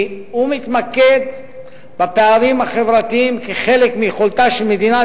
כי הוא מתמקד בפערים החברתיים כחלק מיכולתה של מדינת